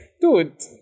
dude